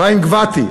חיים גבתי.